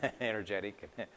energetic